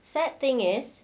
sad thing is